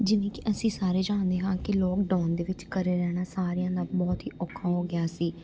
ਜਿਵੇਂ ਕਿ ਅਸੀਂ ਸਾਰੇ ਜਾਣਦੇ ਹਾਂ ਕਿ ਲੋਕਡਾਊਨ ਦੇ ਵਿੱਚ ਘਰ ਰਹਿਣਾ ਸਾਰਿਆਂ ਦਾ ਬਹੁਤ ਹੀ ਔਖਾ ਹੋ ਗਿਆ ਸੀ